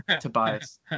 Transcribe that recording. Tobias